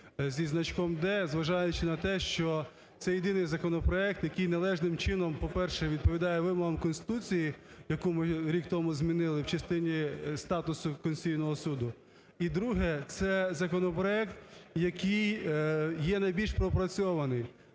зі значком "д", зважаючи на те, що це єдиний законопроект, який належним чином, по-перше, відповідає вимогам Конституції, яку ми рік тому змінили в частині статусу Конституційного Суду. І друге – це законопроект, який є найбільш пропрацьований.